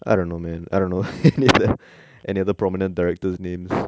I don't know man I don't know is there any other prominent directors names